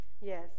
Yes